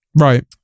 Right